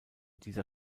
dieser